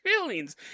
feelings